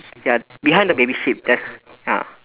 ya behind the baby sheep there's ya